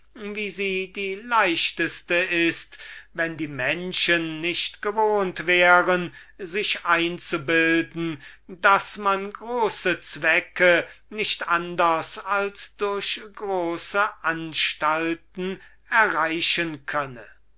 wie sie die leichteste ist wenn die menschen nicht gewohnt wären sich einzubilden daß man große absichten nicht anders als durch große anstalten erreichen könne